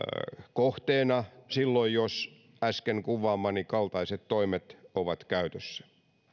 kohteena silloin jos äsken kuvaamani kaltaiset toimet ovat käytössä